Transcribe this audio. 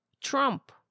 Trump